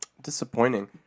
Disappointing